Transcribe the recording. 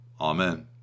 Amen